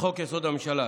לחוק-יסוד: הממשלה.